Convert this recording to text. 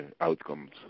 outcomes